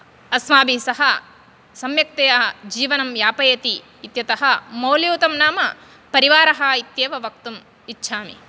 अस्माभिः सह सम्यक्तया जीवनं यापयति इत्यतः मौल्ययुतं नाम परिवारः इत्येव वक्तुम् इच्छामि